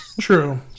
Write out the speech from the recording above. true